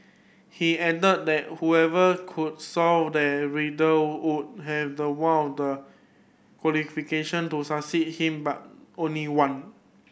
he added that whoever could solve the riddle would have the one of the qualification to succeed him but only one